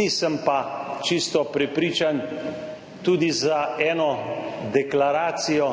Nisem pa čisto prepričan, tudi za eno deklaracijo,